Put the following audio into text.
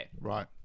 Right